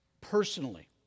personally